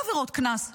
לא בעבירות קנס.